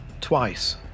twice